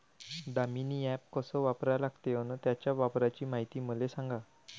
Damini app कस वापरा लागते? अन त्याच्या वापराची मायती मले सांगा